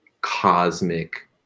cosmic